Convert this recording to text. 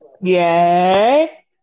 Yay